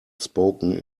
spoken